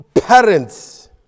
parents